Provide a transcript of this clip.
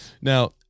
Now